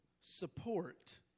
support